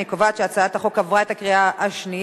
אני קובעת שהצעת החוק עברה את הקריאה השנייה.